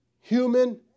human